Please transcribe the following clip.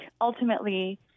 ultimately